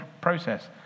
process